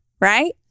right